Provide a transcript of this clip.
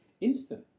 instant